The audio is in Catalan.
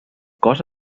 cos